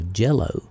jello